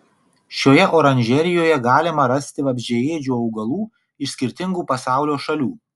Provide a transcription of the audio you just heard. šioje oranžerijoje galima rasti vabzdžiaėdžių augalų iš skirtingų pasaulio šalių